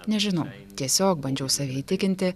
nežinau tiesiog bandžiau save įtikinti